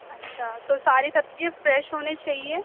اچھا تو ساری سبزی فریش ہونے چاہیے